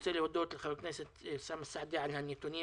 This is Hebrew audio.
אני רוצה להודות לחבר הכנסת אוסאמה סעדי על הנתונים